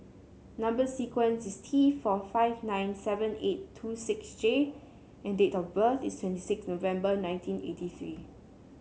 number sequence is T four five nine seven eight two six J and date of birth is twenty six November nineteen eighty three